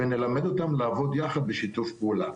ונלמד אותם לעבוד יחד בשיתוף פעולה.